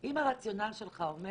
אם הרציונל שלך אומר